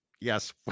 Yes